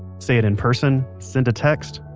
say it in person, send a text,